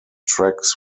tracks